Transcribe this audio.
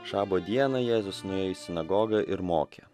šabo dieną jėzus nuėjo į sinagogą ir mokė